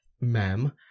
ma'am